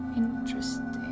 interesting